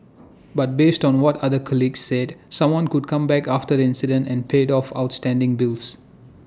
but based on what another colleague said someone came back after the incident and paid off outstanding bill